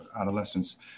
adolescents